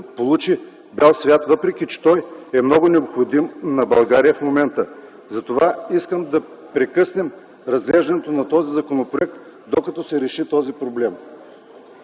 получи бял свят, въпреки че той е много необходим на България в момента. Затова искам да прекъснем разглеждането на този законопроект, докато се реши този проблем.